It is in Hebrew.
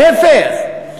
להפך,